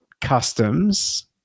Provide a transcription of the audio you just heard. customs